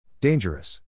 Dangerous